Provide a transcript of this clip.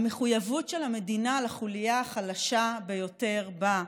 המחויבות של המדינה לחוליה החלשה ביותר בה,